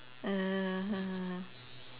mm